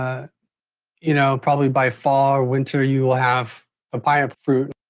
ah you know probably by fall or winter you will have papaya fruit